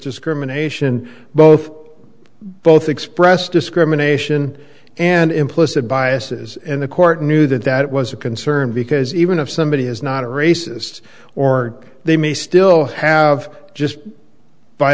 discrimination both both expressed discrimination and implicit biases and the court knew that that was a concern because even if somebody is not a racist or they may still have just by